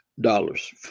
Dollars